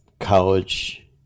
College